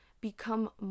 become